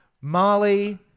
Molly